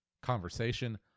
conversation